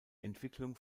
entwicklung